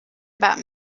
about